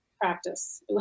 practice